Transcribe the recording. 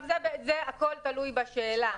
הכול תלוי בשאלה.